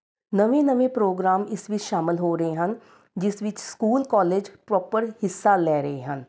ਨਵੇਂ ਨਵੇਂ ਪ੍ਰੋਗਰਾਮ ਇਸ ਵਿੱਚ ਸ਼ਾਮਿਲ ਹੋ ਰਹੇ ਹਨ ਜਿਸ ਵਿੱਚ ਸਕੂਲ ਕਾਲਜ ਪ੍ਰੋਪਰ ਹਿੱਸਾ ਲੈ ਰਹੇ ਹਨ